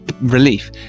relief